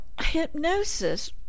hypnosis